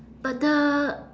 but the